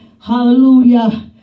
Hallelujah